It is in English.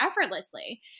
effortlessly